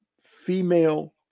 female